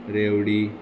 रेवडी